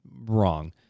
wrong